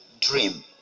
Dream